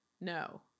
no